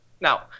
Now